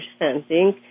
understanding